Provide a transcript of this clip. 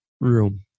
room